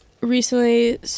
recently